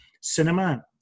cinema